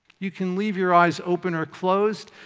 you can leave your eyes open or closed.